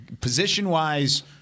Position-wise